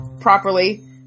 properly